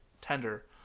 tender